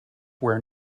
where